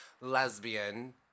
lesbian